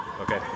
Okay